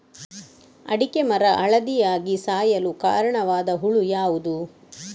ಅಡಿಕೆ ಮರ ಹಳದಿಯಾಗಿ ಸಾಯಲು ಕಾರಣವಾದ ಹುಳು ಯಾವುದು?